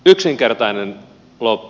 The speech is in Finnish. yksinkertainen loppu